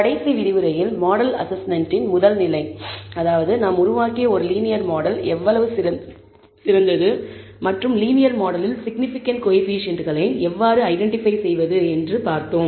கடைசி விரிவுரையில் மாடல் அசஸ்மெண்ட்டின் முதல் நிலை நாம் உருவாக்கிய ஒரு லீனியர் மாடல் எவ்வளவு சிறந்தது மேலும் லீனியர் மாடலில் சிக்னிபிகன்ட் கோஎஃபீஷியேன்ட்களை எவ்வாறு ஐடென்டிபை செய்வது என்பதை பார்த்தோம்